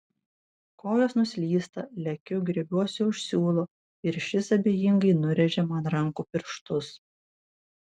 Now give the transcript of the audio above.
kojos nuslysta lekiu griebiuosi už siūlo ir šis abejingai nurėžia man rankų pirštus